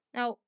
Now